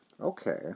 Okay